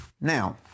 Now